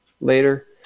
later